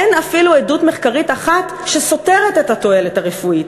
אין אפילו עדות מחקרית אחת שסותרת את התועלת הרפואית.